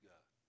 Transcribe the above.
God